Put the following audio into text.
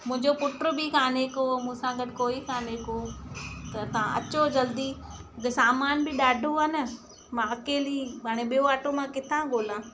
मुंहिंजो पुट बि कोन्हे को मूंसां गॾ कोई कोन्हे को त तव्हां अचो जल्दी द सामानु बि ॾाढो आहे न मां अकेली पोइ हाणे ॿियो ऑटो मां किथा ॻोल्हां